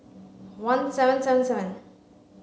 one seven seven seven